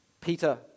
Peter